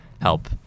help